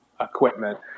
equipment